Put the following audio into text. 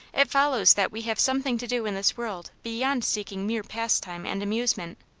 it follows that we have something to do in this world beyond seek ing mere pastime and amusement.